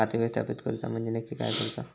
खाता व्यवस्थापित करूचा म्हणजे नक्की काय करूचा?